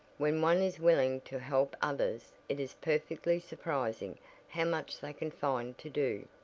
when one is willing to help others it is perfectly surprising how much they can find to do.